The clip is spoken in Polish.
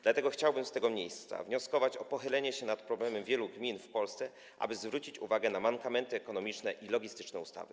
Dlatego chciałbym z tego miejsca wnioskować o pochylenie się nad problemem wielu gmin w Polsce, aby zwrócić uwagę na mankamenty ekonomiczne i logistyczne ustawy.